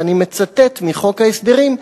ואני מצטט מחוק ההסדרים,